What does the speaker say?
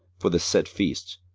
for the set feasts,